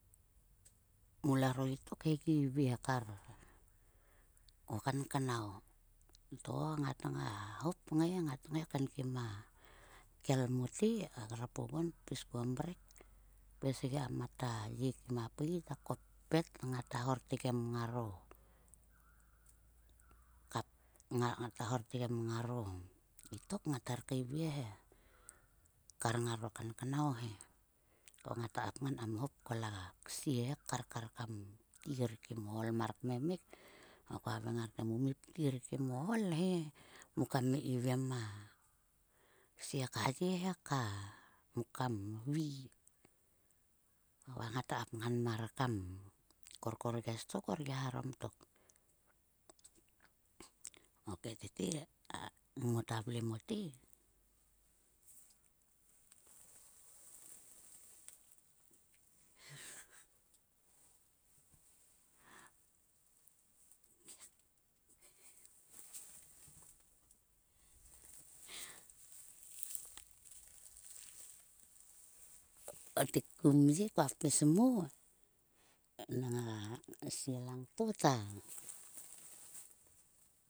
Mularo utek he gi ivie kar o kanknao. To ngat hop kngai. To ngata hop kngai, kngai kaenkim a kel mote ka grap oguon pis kuon mrek. Pis gia mat a ye kim pui ta koppet ngata hortgem ngaro ngata hortgem ngaro utok ngat her keive he kar ngaro kanknao he. Ko ngafa kapngam kam hop kol a ksie he karkar kam ptir kim o ool kmemik. Ko komi haveng ngar te, "mu mi ptir kim o ool he mukam mi keivlem a ksie ka ye he ka, mu kam vi." Va ngata kapngan mar kam korkor ges to ko gia kaeharom tok. Okei tete ngota vle mote, ko kotek kum ye ko pismonang a sie langto ta.